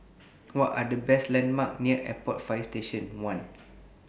What Are The landmarks near Airport Fire Station one